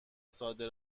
ساده